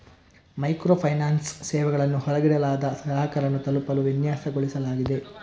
micro finance ಸೇವೆಗಳನ್ನು ಹೊರಗಿಡಲಾದ ಗ್ರಾಹಕರನ್ನು ತಲುಪಲು ವಿನ್ಯಾಸಗೊಳಿಸಲಾಗಿದೆ